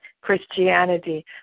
Christianity